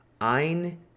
Ein